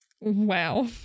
wow